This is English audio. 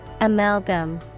Amalgam